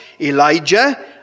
elijah